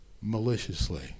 maliciously